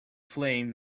flame